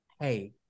hey